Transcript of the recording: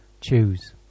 Choose